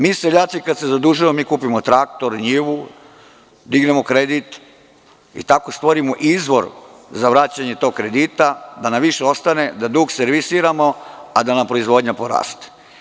Mi seljaci, kada se zadužujemo, mi kupujemo traktor, njivu, dignemo kredit i tako stvorimo izvor za vraćanje tog kredita da nam više ostane da dug servisiramo a da nam proizvodnja poraste.